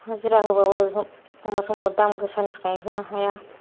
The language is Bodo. हाजिरा होब्लाबो एखमब्ला समाव दाम गोसानिथाखाय होनो हाया